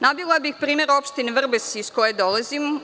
Navela bih primer Opštine Vrbas, iz koje dolazim.